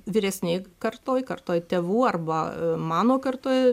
vyresnėj kartoj kartoj tėvų arba mano kartoj